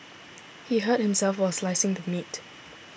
he hurt himself while slicing the meat